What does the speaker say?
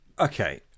okay